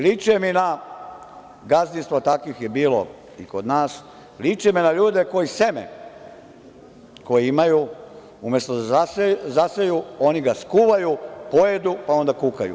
Liče mi i na gazdinstva, a takvih je bilo kod nas, liče mi na ljude koji seme koje imaju umesto da zaseju, oni ga skuvaju, pojedu, pa onda kukaju.